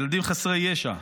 ילדים חסרי ישע.